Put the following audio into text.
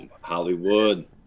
hollywood